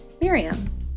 Miriam